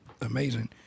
Amazing